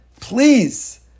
Please